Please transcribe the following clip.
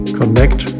connect